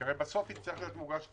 הרי בסוף צריך להיות מוגש תקציב.